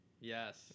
Yes